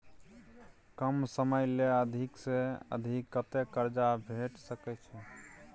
कम समय ले अधिक से अधिक कत्ते कर्जा भेट सकै छै?